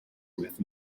with